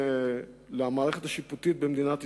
למערכת השיפוטית במדינת ישראל,